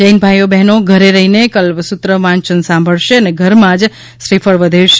જૈન ભાઇ બહેનો ઘેર રહીને કલ્પસુત્ર વાંચન સાંભળશે અને ઘરમાં જ શ્રીફળ વધેરશે